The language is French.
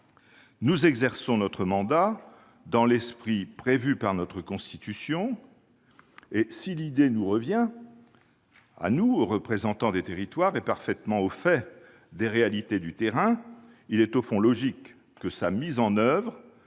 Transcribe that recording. Nous exerçons notre mandat dans l'esprit prévu par notre Constitution : si l'idée nous appartient, à nous représentants des territoires et parfaitement au fait des réalités du terrain, il est au fond logique que sa mise en oeuvre,